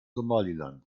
somaliland